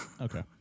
Okay